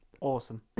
Awesome